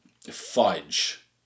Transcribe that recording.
fudge